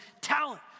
talent